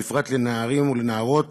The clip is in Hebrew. בפרט לנערים ולנערות